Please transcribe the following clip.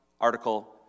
article